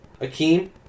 Akeem